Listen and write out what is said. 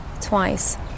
twice